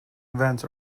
events